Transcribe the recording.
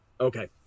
Okay